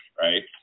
Right